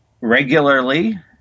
Regularly